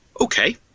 Okay